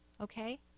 Okay